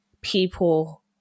people